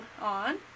on